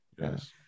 Yes